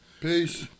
Peace